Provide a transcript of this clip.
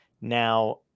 now